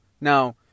now